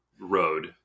road